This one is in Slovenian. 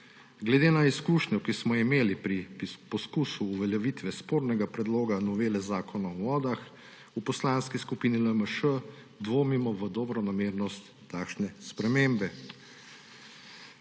Glede na izkušnjo, ki smo jo imeli pri poskusu uveljavitve spornega predloga novele Zakona o vodah, v Poslanski skupini LMŠ dvomimo o dobronamernosti takšne spremembe.